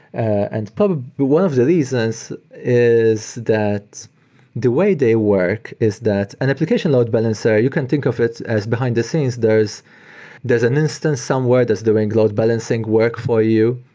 and probably, one of the reasons is that the way they work is that an application load balancer, you can think of it as behind the scenes, there's there's an instance somewhere that's doing load balancing work for you.